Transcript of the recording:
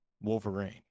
wolverine